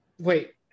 wait